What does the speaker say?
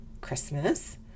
Christmas